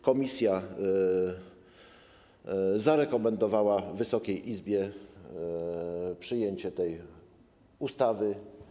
Komisja zarekomendowała Wysokiej Izbie przyjęcie tej ustawy.